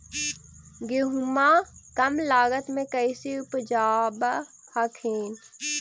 गेहुमा कम लागत मे कैसे उपजाब हखिन?